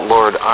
Lord